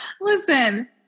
Listen